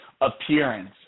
appearance